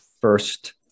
first